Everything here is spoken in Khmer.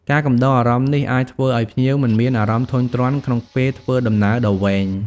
ការកំដរអារម្មណ៍នេះអាចធ្វើឱ្យភ្ញៀវមិនមានអារម្មណ៍ធុញទ្រាន់ក្នុងពេលធ្វើដំណើរដ៏វែង។